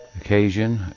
occasion